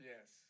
Yes